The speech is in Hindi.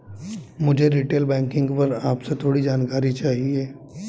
मुझे रीटेल बैंकिंग पर आपसे थोड़ी जानकारी चाहिए